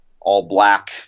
all-black